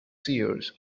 seers